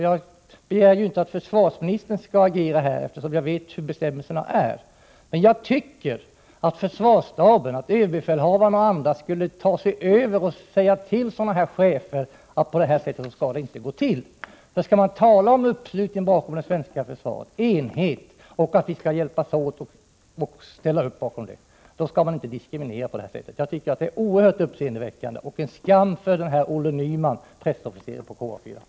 Jag begär inte att försvarsministern skall agera, eftersom jag känner till vilka bestämmelser han har att följa. Men jag tycker att försvarsstaben, överbefälhavaren och andra skulle säga till en chef som handlar på det här sättet att sådant inte får förekomma. Om man skall tala om uppslutning bakom det svenska försvaret och om enighet kring uppställda mål, då skall man inte diskriminera på det här sättet. Jag tycker att det som skett är oerhört uppseendeväckande och en skam för pressofficeren Olle Nyman på KA 4.